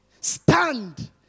stand